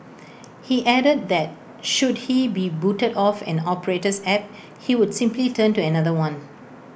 he added that should he be booted off an operator's app he would simply turn to another one